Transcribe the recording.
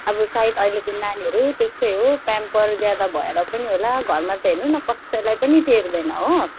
अब सायद अहिलेको नानीहरू त्यस्तै हो प्याम्पर ज्यादा भएर पनि होला घरमा त हेर्नु न कसैलाई पनि टेर्दैन हो